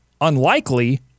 unlikely